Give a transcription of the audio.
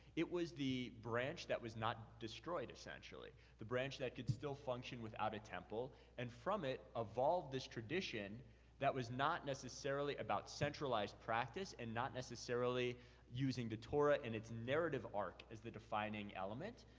it was the branch that was not destroyed, essentially. the branch that could still function without a temple, and from it evolved this tradition that was not necessarily about centralized practice, and not necessarily using the torah in its narrative arc as the defining element.